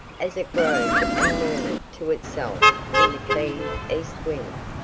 as it groaned and murmured to itself in the keen east wind.